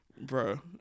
bro